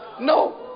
No